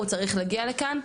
הוא צריך להגיע לכאן,